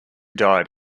died